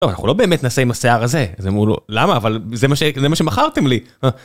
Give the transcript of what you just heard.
לא, אנחנו לא באמת נעשה עם השיער הזה, אז אמרו לו למה? אבל זה מה שמכרתם לי.